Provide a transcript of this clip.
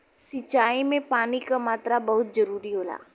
सिंचाई में पानी क मात्रा बहुत जरूरी होला